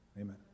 Amen